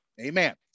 amen